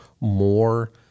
more